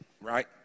right